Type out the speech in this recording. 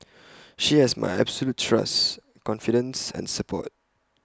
she has my absolute trust confidence and support